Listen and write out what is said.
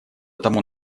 тому